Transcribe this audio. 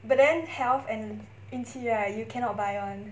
but then health and 运气 right you cannot buy [one]